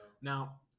now